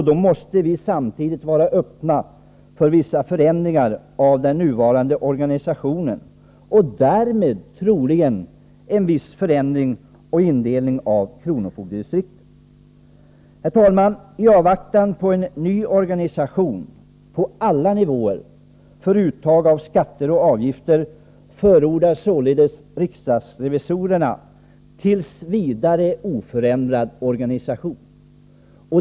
Då måste vi samtidigt vara öppna för vissa förändringar i den nuvarande organisationen och därmed troligen en viss förändring och indelning av kronofogdedistrikten. Herr talman! I avvaktan på en ny organisation på alla nivåer för uttag av skatter och avgifter förordar således riksdagens revisorer t.v. oförändrad organisation.